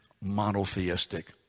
monotheistic